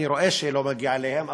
אני רואה שלא מגיע אליהם,